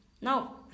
Now